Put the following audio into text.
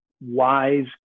wise